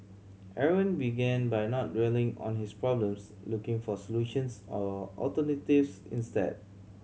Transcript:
Aaron began by not dwelling on his problems looking for solutions or alternatives instead